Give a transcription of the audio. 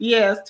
Yes